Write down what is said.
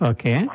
Okay